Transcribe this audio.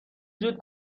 زود